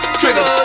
trigger